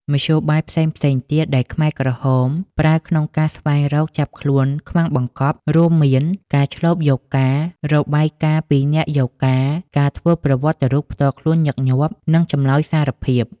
មធ្យោបាយផ្សេងៗ ទៀតដែលខ្មែរក្រហមប្រើក្នុងការស្វែងរកចាប់ខ្លួនខ្មាំងបង្កប់រួមមាន ការឈ្លបយកការណ៍ របាយការណ៍ពីអ្នកយកការណ៍ ការធ្វើប្រវត្តិរូបផ្ទាល់ខ្លួនញឹកញាប់ និងចម្លើយសារភាព ។